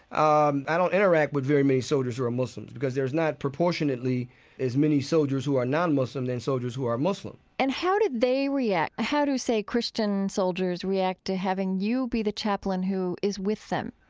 um i don't interact with very many soldiers who are muslim because there's not proportionately as many soldiers who are non-muslim than soldiers who are muslim and how do they react? how do, say, christian soldiers react to having you be the chaplain who is with them?